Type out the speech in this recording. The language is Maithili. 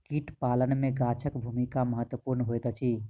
कीट पालन मे गाछक भूमिका महत्वपूर्ण होइत अछि